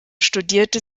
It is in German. studierte